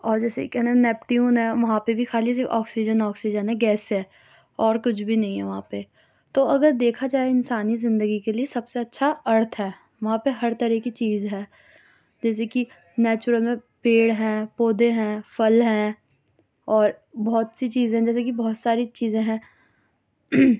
اور جیسے کیا نام نیپٹیون ہے وہاں پہ بھی خالی جا آکسیجن آکسیجن ہے گیس ہے اور کچھ بھی نہیں ہے وہاں پہ تو اگر دیکھا جائے انسانی زندگی کے لیے سب سے اچھا ارتھ ہے وہ پہ ہر طرح کی چیز ہے جیسے کہ نیچورل میں پیڑ ہیں پودے ہیں پھل ہیں اور بہت سی چیز ہیں جیسے کہ بہت ساری چیزیں ہیں